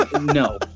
No